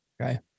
Okay